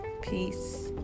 peace